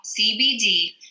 CBD